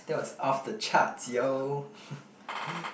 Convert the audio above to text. that was off the charts yo